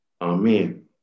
Amen